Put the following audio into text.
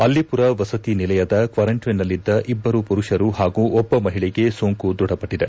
ಅಲ್ಲೀಪುರ ವಸತಿನಿಲಯದ ಕ್ವಾರಂಟೈನ್ನಲ್ಲಿದ್ದ ಇಬ್ಬರು ಪುರುಷರು ಹಾಗೂ ಒಬ್ಬ ಮಹಿಳೆಗೆ ಸೋಂಕು ದೃಢಪಟ್ಟಿದೆ